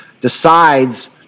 decides